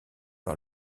par